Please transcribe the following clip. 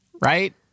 Right